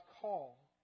call